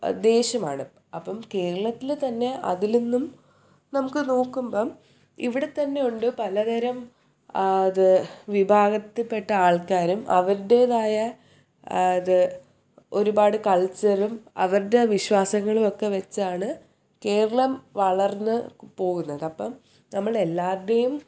ദേശമാണ് അപ്പം കേരളത്തിൽ തന്നെ അതിൽ ഇന്നും നമുക്ക് നോക്കുമ്പം ഇവിടെ തന്നെ ഉണ്ട് പലതരം അത് വിഭാഗത്തിൽ പെട്ട ആൾക്കാരും അവരുടേതായ അത് ഒരുപാട് കൾച്ചറും അവരുടെ വിശ്വാസങ്ങളും ഒക്കെ വച്ചാണ് കേരളം വളർന്ന് പോകുന്നത് അപ്പം നമ്മൾ എല്ലാവരുടെയും